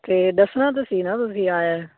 ਅਤੇ ਦੱਸਣਾ ਤਾਂ ਸੀ ਨਾ ਤੁਸੀਂ ਆ